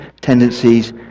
tendencies